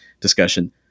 discussion